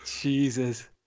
Jesus